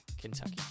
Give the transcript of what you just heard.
Kentucky